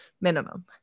minimum